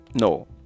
No